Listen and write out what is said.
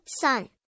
sun